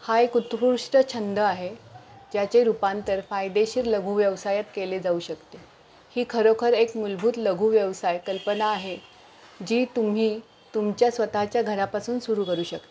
हा एक उत्कृष्ट छंद आहे ज्याचे रूपांतर फायदेशीर लघु व्यवसायात केले जाऊ शकते ही खरोखर एक मूलभूत लघु व्यवसाय कल्पना आहे जी तुम्ही तुमच्या स्वतःच्या घरापासून सुरू करू शकता